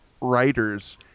writers